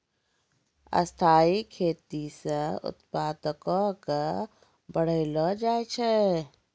स्थाइ खेती से उत्पादो क बढ़लो जाय छै